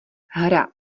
hra